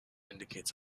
indicates